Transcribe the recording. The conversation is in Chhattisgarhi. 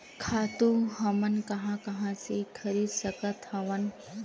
खातु हमन कहां कहा ले खरीद सकत हवन?